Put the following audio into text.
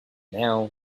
now